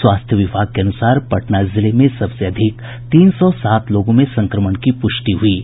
स्वास्थ्य विभाग के अनुसार पटना जिले में सबसे अधिक तीन सौ सात लोगों में संक्रमण की पुष्टि हुई है